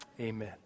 Amen